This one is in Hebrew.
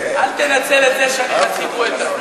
אל תנצל את זה שאני חצי גואטה.